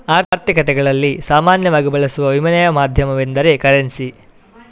ಆರ್ಥಿಕತೆಗಳಲ್ಲಿ ಸಾಮಾನ್ಯವಾಗಿ ಬಳಸುವ ವಿನಿಮಯ ಮಾಧ್ಯಮವೆಂದರೆ ಕರೆನ್ಸಿ